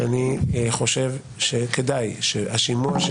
שאני חושב שכדאי שהשימוע,